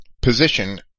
position